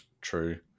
True